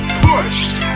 pushed